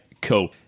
cool